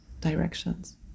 directions